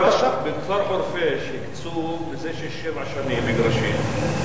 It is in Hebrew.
בכפר חורפיש הקצו זה שש-שבע שנים מגרשים,